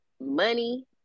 money